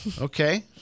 Okay